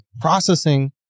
processing